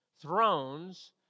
thrones